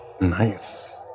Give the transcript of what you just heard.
Nice